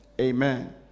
Amen